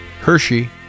Hershey